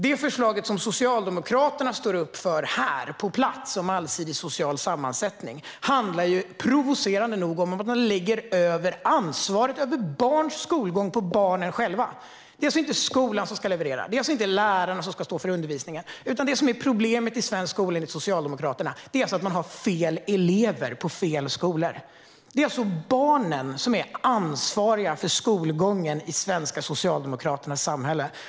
Det förslag som Socialdemokraterna står upp för här på plats om en allsidig social sammansättning handlar provocerande nog om att lägga över ansvaret över barns skolgång på barnen själva. Det är alltså inte skolan som ska leverera och inte lärarna som ska stå för undervisningen, utan problemet i svensk skola är, enligt Socialdemokraterna, att man har fel elever på fel skolor. Det är tydligen barnen som är ansvariga för skolgången i de svenska socialdemokraternas samhälle.